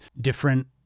different